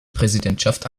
präsidentschaft